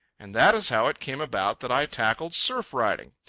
and that is how it came about that i tackled surf-riding.